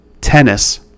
tennis